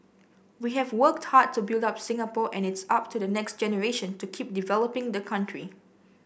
we have worked hard to build up Singapore and it's up to the next generation to keep developing the country